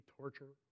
torture